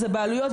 אלה בעלויות,